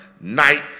night